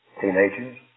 teenagers